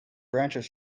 branches